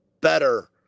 better